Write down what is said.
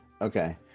Okay